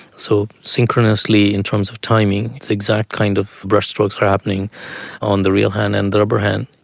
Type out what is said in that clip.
so synchronously in terms of timing the exact kind of brushstrokes are happening on the real hand and the rubber hand.